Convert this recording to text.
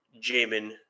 Jamin